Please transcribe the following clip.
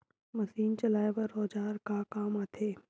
Machine चलाए बर औजार का काम आथे?